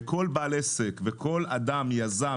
כל בעל עסק וכל יזם,